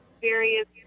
various